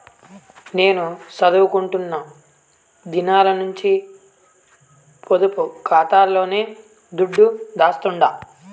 నేను సదువుకుంటున్న దినాల నుంచి పొదుపు కాతాలోనే దుడ్డు దాస్తండా